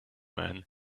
man